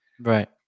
Right